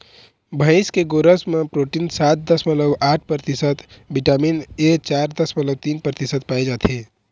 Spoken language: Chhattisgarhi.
भइसी के गोरस म प्रोटीन सात दसमलव आठ परतिसत, बिटामिन ए चार दसमलव तीन परतिसत पाए जाथे